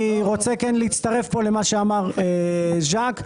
אני רוצה להצטרף למה שאמר ג'ק.